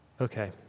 Okay